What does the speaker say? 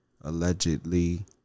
allegedly